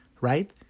right